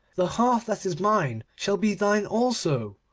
the half that is mine shall be thine also.